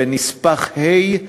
בנספח ה',